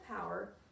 power